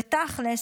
ותכלס,